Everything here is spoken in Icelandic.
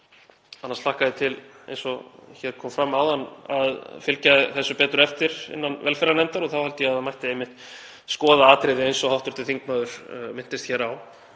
Annars hlakka ég til, eins og kom fram áðan, að fylgja þessu betur eftir innan velferðarnefndar og þá held ég að það mætti einmitt skoða atriði eins og hv. þingmaður minntist hér á.